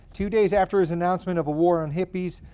two days after his announcement of a war on hippies,